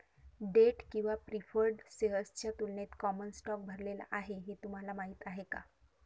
Date किंवा preferred शेअर्सच्या तुलनेत कॉमन स्टॉक भरलेला आहे हे तुम्हाला माहीत आहे का?